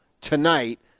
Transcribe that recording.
tonight